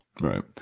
Right